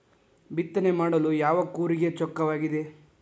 ಬಿತ್ತನೆ ಮಾಡಲು ಯಾವ ಕೂರಿಗೆ ಚೊಕ್ಕವಾಗಿದೆ?